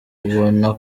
ubona